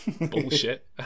bullshit